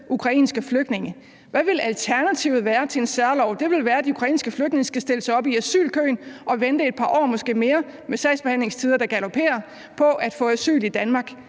ukrainske flygtninge. Hvad vil alternativet være til en særlov? Det vil være, at de ukrainske flygtninge skal stille sig op i asylkøen, og med sagsbehandlingstider, der galoperer, skal de måske